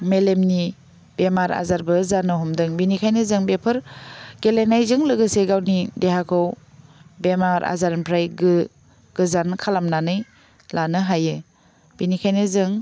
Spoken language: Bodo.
मेलेमनि बेमार आजारबो जानो हमदों बिनिखायनो जों बेफोर गेलेनायजों लोगोसे गावनि देहाखौ बेमार आजारनिफ्राय गो गोजान खालामनानै लानो हायो बिनिखायनो जों